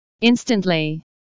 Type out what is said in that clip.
Instantly